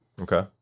okay